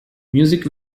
music